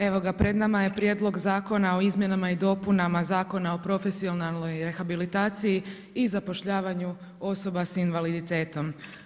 Evo ga pred nama je prijedlog Zakona o izmjenama i dopunama Zakona o profesionalnoj rehabilitaciji i zapošljavanju osoba s invaliditetom.